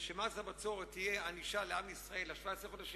ושמס הבצורת יהיה ענישה לעם ישראל ל-17 החודשים